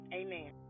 amen